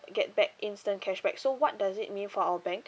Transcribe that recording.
get back instant cashback so what does it mean for our bank